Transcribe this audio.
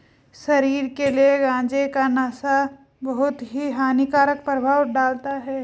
शरीर के लिए गांजे का नशा बहुत ही हानिकारक प्रभाव डालता है